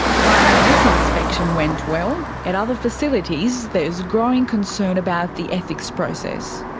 while this inspection went well, at other facilities there's growing concern about the ethics process.